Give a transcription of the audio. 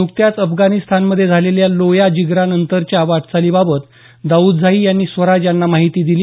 न्कत्याच अफगाणिस्तानमधे झालेल्या लोया जिग्रा नंतरच्या वाटचालीबाबत दाऊदझाई यांनी स्वराज यांना माहिती दिली